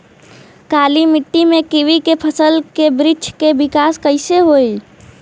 काली मिट्टी में कीवी के फल के बृछ के विकास कइसे होई?